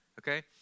okay